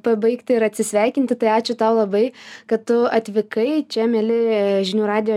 pabaigti ir atsisveikinti tai ačiū tau labai kad tu atvykai čia mieli žinių radijo